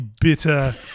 bitter